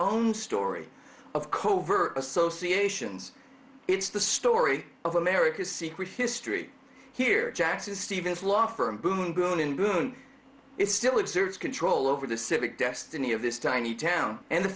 own story of covert associations it's the story of america's secret history here jack says stevens law firm boom boom boom is still exerts control over the civic destiny of this tiny town and the